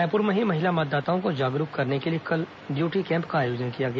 रायपुर में ही महिला मतदाताओं को जागरूक करने के लिए कल ब्यूटी कैम्प का आयोजन किया गया